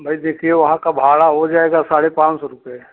भाई देखिए वहाँ का भाड़ा हो जाएगा साढ़े पाँच सौ रुपए